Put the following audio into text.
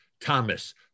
Thomas